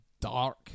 dark